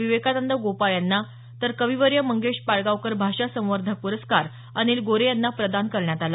विवेकांनद गोपाळ यांना तर कविवर्य मंगेश पाडगांवकर भाषा संवर्धक प्रस्कार अनिल गोरे यांना देण्यात आला